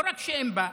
לא רק שאין בה,